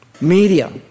media